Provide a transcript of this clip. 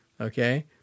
okay